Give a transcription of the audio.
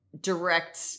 direct